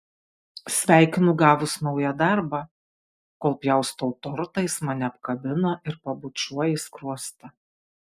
sveikinu gavus naują darbą kol pjaustau tortą jis mane apkabina ir pabučiuoja į skruostą